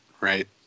right